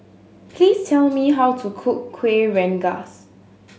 please tell me how to cook Kuih Rengas